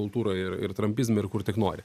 kultūroje ir ir trampizme ir kur tik nori